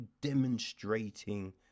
demonstrating